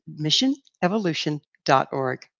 missionevolution.org